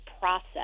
process